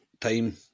time